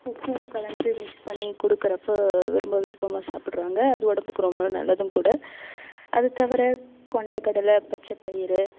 உப்பும் கலந்து மிக்ஸ் பண்ணி கொடுக்குறப்ப ரொம்ப விருப்பமாக சாப்பிட்றாங்க அது உடம்புக்கு ரொம்ப நல்லதும்கூட அது தவிர கொண்டக்கடலை பச்சப்பயிர்